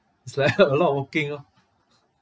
it's like a lot of walking orh